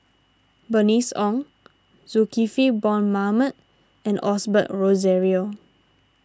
Bernice Ong Zulkifli Bong Mohamed and Osbert Rozario